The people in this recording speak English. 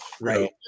Right